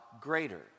greater